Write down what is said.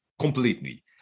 completely